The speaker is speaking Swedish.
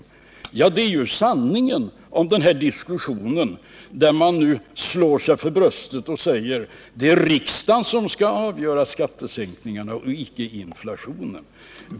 Detta är ju sanningen, även om man nu slår sig för bröstet och säger: Det är riksdagen som skall avgöra skattesänkningarna och icke inflationen.